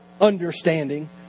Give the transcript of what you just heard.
understanding